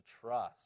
trust